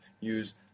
use